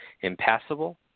Impassable